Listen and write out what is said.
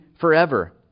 forever